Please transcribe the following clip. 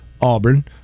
Auburn